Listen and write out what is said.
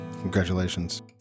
Congratulations